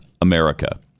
America